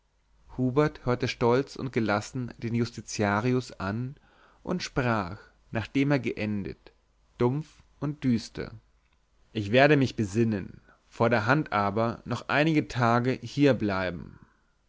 hubert hörte stolz und gelassen den justitiarius an und sprach nachdem er geendet dumpf und düster ich werde mich besinnen vor der hand aber noch einige tage hier bleiben